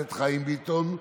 הכנסת חיים ביטון,